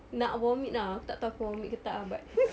nak vomit ah aku tak tahu aku vomit ke tak ah but